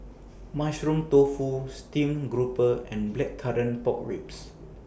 Mushroom Tofu Steamed Grouper and Blackcurrant Pork Ribs